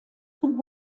zum